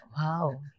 Wow